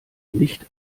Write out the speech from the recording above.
nicht